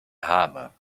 hammer